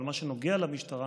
אבל במה שנוגע למשטרה,